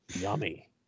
Yummy